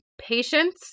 patience